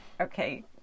Okay